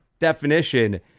Definition